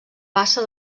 bassa